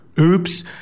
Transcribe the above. Oops